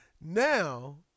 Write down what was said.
now